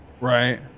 Right